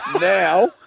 now